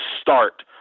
start